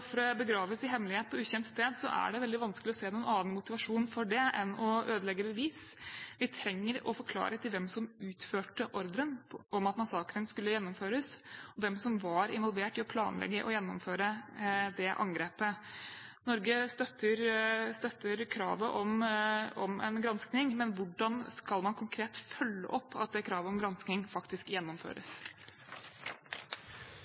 begraves i hemmelighet på ukjent sted, er det veldig vanskelig å se noen annen motivasjon for det enn å ødelegge bevis. Vi trenger å få klarhet i hvem som utførte ordren om at massakren skulle gjennomføres, og hvem som var involvert i å planlegge og gjennomføre det angrepet. Norge støtter kravet om en gransking. Men hvordan skal man konkret følge opp at kravet om gransking faktisk